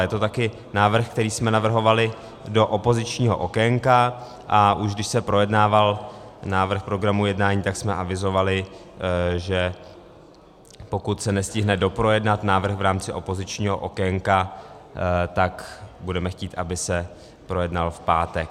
Je to taky návrh, který jsme navrhovali do opozičního okénka, a už když se projednával návrh programu jednání, tak jsme avizovali, že pokud se nestihne doprojednat návrh v rámci opozičního okénka, tak budeme chtít, aby se projednal v pátek.